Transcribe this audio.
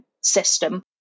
system